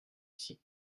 ici